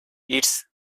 its